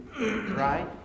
right